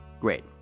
Great